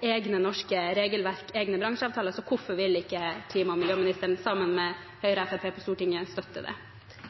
egne norske regelverk, egne bransjeavtaler. Da ønsker jeg å få svar på følgende: Hvorfor vil ikke klima- og miljøministeren, sammen med Høyre og Fremskrittspartiet på Stortinget, støtte det?